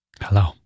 Hello